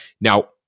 Now